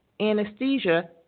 anesthesia